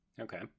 Okay